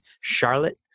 Charlotte